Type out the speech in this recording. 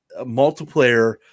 multiplayer